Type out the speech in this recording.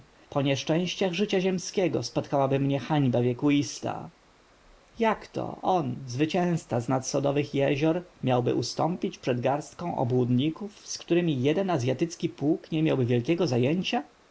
po nieszczęściach życia ziemskiego spotkałaby mnie hańba wiekuista jakto on zwycięzca z nad sodowych jezior miałby ustąpić przed garścią obłudników z którymi jeden azjatycki pułk nie miałby wielkiego zajęcia